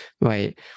right